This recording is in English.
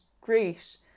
great